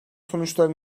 sonuçları